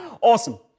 awesome